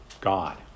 God